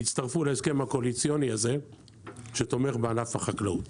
יצטרפו להסכם הקואליציוני הזה שתומך בענף החקלאות.